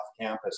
campus